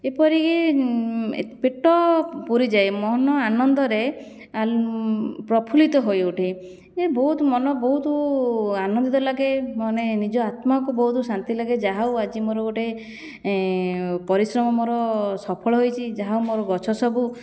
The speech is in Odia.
ଏପରି କି ପେଟ ପୁରିଯାଏ ମନ ଆନନ୍ଦରେ ପ୍ରଫୁଲ୍ଲିତ ହୋଇ ଉଠେ ଇଏ ବହୁତ ମନ ବହୁତ ଆନନ୍ଦିତ ଲାଗେ ମାନେ ନିଜ ଆତ୍ମାକୁ ବହୁତ ଶାନ୍ତି ଲାଗେ ଯାହା ହେଉ ଆଜି ମୋର ଗୋଟିଏ ପରିଶ୍ରମର ସଫଳ ହୋଇଛି ଯାହା ହେଉ ମୋର ଗଛ ସବୁ